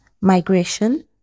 migration